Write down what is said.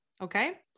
Okay